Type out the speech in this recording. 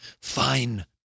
fine